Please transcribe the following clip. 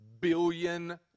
billion